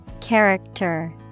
Character